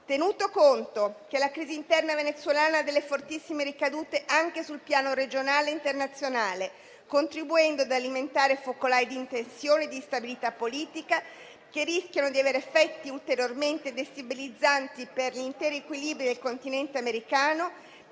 Tenuto conto che la crisi interna venezuelana ha delle fortissime ricadute anche sul piano regionale e internazionale, contribuendo ad alimentare focolai di tensione e di instabilità politica che rischiano di avere effetti ulteriormente destabilizzanti per gli interi equilibri del Continente americano,